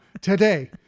Today